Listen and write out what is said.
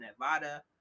Nevada